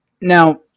Now